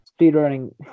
speedrunning